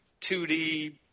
2D